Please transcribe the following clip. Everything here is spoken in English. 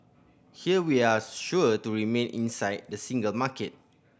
here we are sure to remain inside the single market